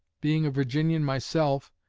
being a virginian myself,